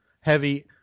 heavy